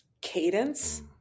cadence